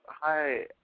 Hi